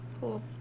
Cool